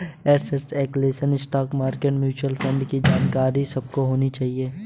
asset allocation, stock market, mutual fund की जानकारी सबको होनी चाहिए